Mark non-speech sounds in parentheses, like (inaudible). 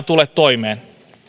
(unintelligible) tule toimeen